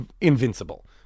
invincible